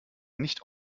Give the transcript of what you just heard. nicht